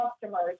customers